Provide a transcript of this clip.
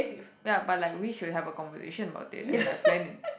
ya but like we should have a conversation about it and like plan it